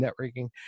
networking